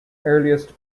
earliest